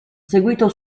seguito